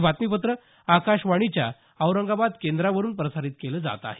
हे बातमीपत्र आकाशवाणीच्या औरंगाबाद केंद्रावरून प्रसारित केल जात आहे